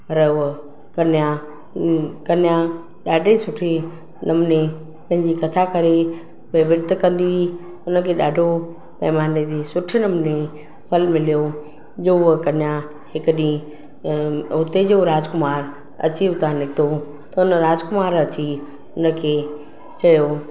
रवो कन्या अं कन्या ॾाढी सुठी हुई उनमे कथा करे पोइ विर्तु कंदी हुई उनखे ॾाढो भॻवान ने सुठे नमूने फलु मिलियो जो हूअ कन्या हिकु ॾींहुं उते जो राजकुमार अची उतां निकितो उन राजकुमार अची उनखे चयो